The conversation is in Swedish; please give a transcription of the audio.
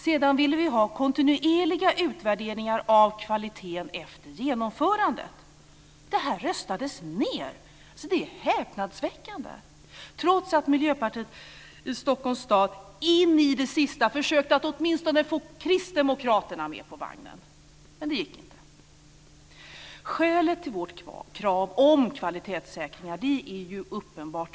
Sedan ville vi ha kontinuerliga utvärderingar av kvaliteten efter genomförandet. Det här röstades ned. Det är häpnadsväckande. Miljöpartiet i Stockholms stad försökte in i det sista att åtminstone få med kristdemokraterna på vagnen, men det gick inte. Vi tycker att skälet till vårt krav på kvalitetssäkringar är uppenbart.